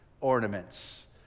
ornaments